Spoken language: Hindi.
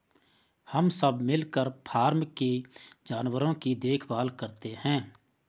हम सब मिलकर फॉर्म के जानवरों की देखभाल करते हैं